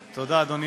תודה, אדוני.